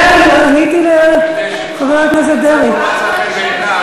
איזה פייסבוק?